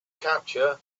capture